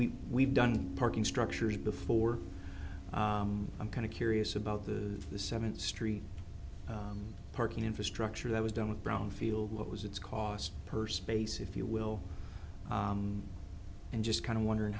we we've done parking structures before i'm kind of curious about the the seventh street parking infrastructure that was done with brownfield what was its cost per space if you will and just kind of wondering